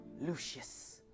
Lucius